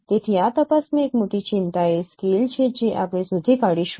તેથી આ તપાસમાં એક મોટી ચિંતા એ સ્કેલ છે જે આપણે શોધી કાઢીશું